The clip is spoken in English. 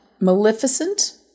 Maleficent